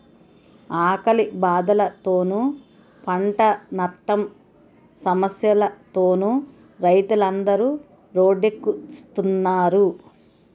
ఆకలి బాధలతోనూ, పంటనట్టం సమస్యలతోనూ రైతులందరు రోడ్డెక్కుస్తున్నారు